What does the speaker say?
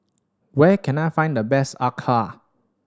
where can I find the best acar